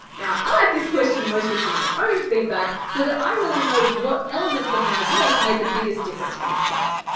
now, i like this question mostly for my own feedback, so that i really know what elements of my work made the biggest difference for this client.